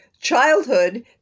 childhood